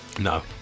No